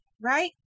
right